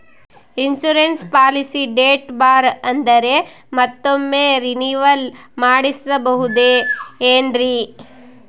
Insurance policy date ಬಾರ್ ಆದರೆ ಮತ್ತೊಮ್ಮೆ ರಿನಿವಲ್ ಮಾಡಿಸಬಹುದೇ ಏನ್ರಿ?